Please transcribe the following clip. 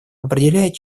определяет